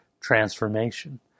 transformation